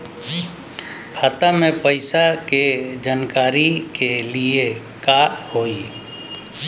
खाता मे पैसा के जानकारी के लिए का होई?